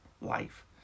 life